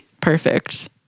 perfect